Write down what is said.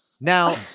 now